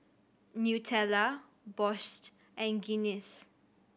Nutella Bosch and Guinness